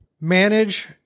Manage